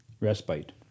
respite